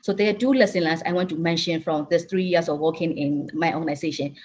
so, there are two lessons learned i want to mention from this three years of working in my organization.